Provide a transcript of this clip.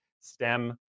stem